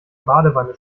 badewanne